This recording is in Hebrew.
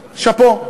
שאפו.